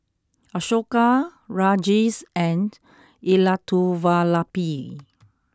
Ashoka Rajesh and Elattuvalapil